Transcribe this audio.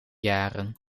jaren